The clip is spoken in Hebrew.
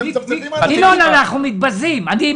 אתם מצפצפים --- ינון, אנחנו מתבזים.